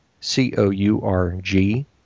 C-O-U-R-G